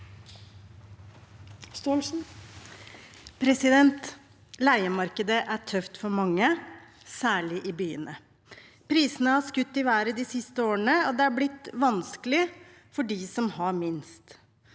Leiemarke- det er tøft for mange, særlig i byene. Prisene har skutt i været de siste årene, og det er blitt vanskelig for dem som har minst.